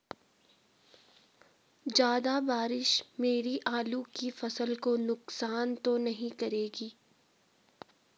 ज़्यादा बारिश मेरी आलू की फसल को नुकसान तो नहीं करेगी?